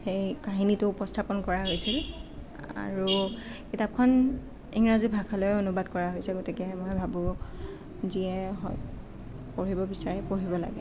সেই কাহিনীটো উপস্থাপন মূখ্য কৰা হৈছিল আৰু কিতাপখন ইংৰাজী ভাষালৈও অনুবাদ কৰা হৈছে গতিকে মই ভাবোঁ যিয়ে পঢ়িব বিচাৰে পঢ়িব লাগে